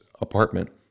apartment